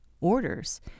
orders